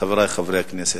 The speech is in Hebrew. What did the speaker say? חברי חברי הכנסת.